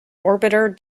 orbiter